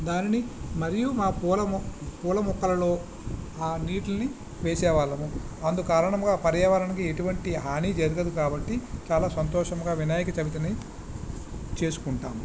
దానిని మరియు మా పూల మొక్కలలో ఆ నీటిని వేసేవాళ్ళము అందు కారణంగా పర్యావరణానికి ఎటువంటి హాని జరగదు కాబట్టి చాలా సంతోషంగా వినాయకచవితిని చేసుకుంటాము